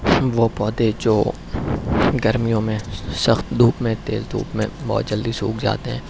وہ پودے جو گرمیوں میں سخت دھوپ میں تیز دھوپ میں بہت جلدی سوکھ جاتے ہیں